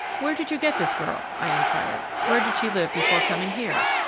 where did you get this girl? i inquired. where did she live before coming here?